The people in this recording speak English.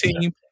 team